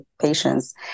patients